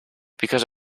because